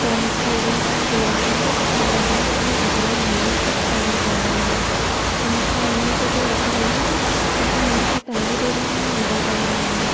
त मूंखे ॾह किलो गुलाब जामुन ऐं पंद्राहं किलो गजर जो हलवो ऑडर करिणो हुयो त मूंखे हिन ते कोई ऑफ़र मिलंदी असां हमेशह तव्हांजी डेरीअ मां ई ऑडर करंंदा आहियूं